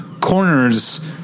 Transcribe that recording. corners